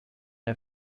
der